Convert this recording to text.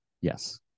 Yes